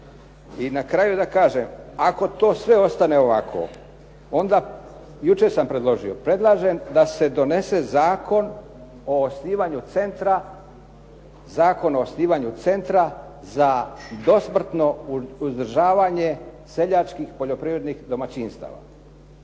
I na kraju da kažem, ako to sve ostane ovako onda jučer sam predložio predlažem da se donese zakon o osnivanju centra za dosmrtno uzdržavanje seljačkih poljoprivrednih domaćinstava.